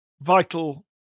vital